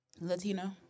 Latino